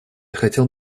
хотел